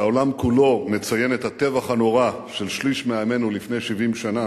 כשהעולם כולו מציין את הטבח הנורא של שליש מעמנו לפני 70 שנה,